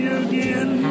again